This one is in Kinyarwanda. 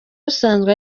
usanzwe